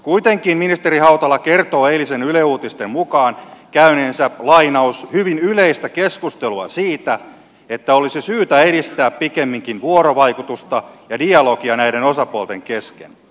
kuitenkin ministeri hautala kertoo eilisen yle uutisten mukaan käyneensä hyvin yleistä keskustelua siitä että olisi syytä edistää pikemminkin vuorovaikutusta ja dialogia näiden osapuolten kesken